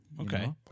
okay